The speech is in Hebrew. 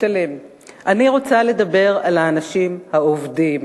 אני רוצה לדבר דווקא על האנשים העובדים.